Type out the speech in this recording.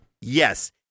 Yes